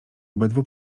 obydwu